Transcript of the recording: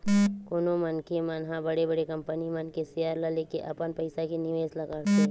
कोनो मनखे मन ह बड़े बड़े कंपनी मन के सेयर ल लेके अपन पइसा के निवेस ल करथे